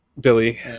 Billy